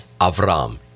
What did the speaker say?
Avram